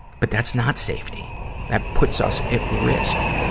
but that's not safety that puts us at risk,